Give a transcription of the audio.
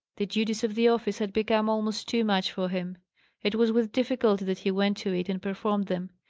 the duties of the office had become almost too much for him it was with difficulty that he went to it and performed them.